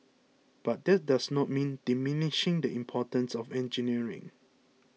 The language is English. but that does not mean diminishing the importance of engineering